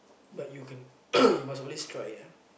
but you can you must always try ah